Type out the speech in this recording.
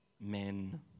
men